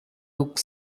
took